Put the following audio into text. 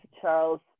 Charles